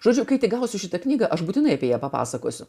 žodžiu kai tik gausiu šitą knygą aš būtinai apie ją papasakosiu